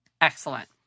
excellent